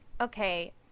Okay